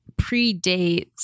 predates